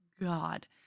God